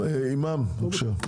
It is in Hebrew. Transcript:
טוב, אימאם, בבקשה.